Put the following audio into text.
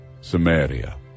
Samaria